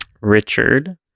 Richard